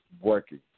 working